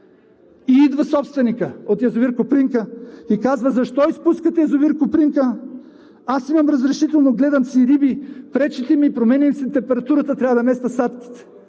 и идва собственикът от язовир „Копринка“, и казва: защо изпускате язовир „Копринка“, аз имам разрешително, гледам си риби, пречите ми, променя ми се температурата, трябва да местя садките.